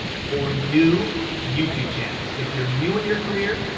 for new youtube channels, if you're new in your career,